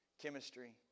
chemistry